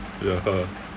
ya ah